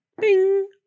Bing